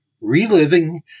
Reliving